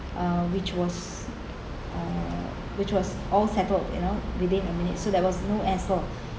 um which was uh which was all settled you know within a minute so there was no hassel